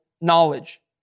knowledge